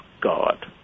God